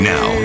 Now